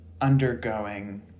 undergoing